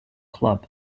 club